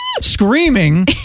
screaming